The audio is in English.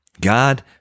God